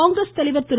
காங்கிரஸ் தலைவர் திரு